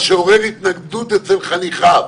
מה שעורר התנגדות אצל חניכיו.